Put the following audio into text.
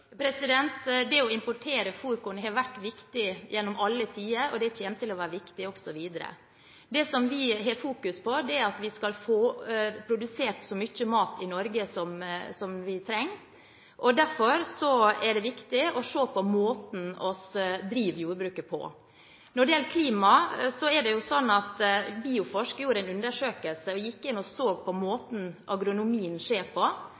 Det å importere fôrkorn har vært viktig gjennom alle tider, og det kommer til å være viktig også videre. Det som vi har fokus på, er at vi skal få produsert så mye mat i Norge som vi trenger. Derfor er det viktig å se på måten vi driver jordbruket på. Når det gjelder klima, gjorde Bioforsk en undersøkelse hvor man gikk inn og så på måten agronomien skjer på,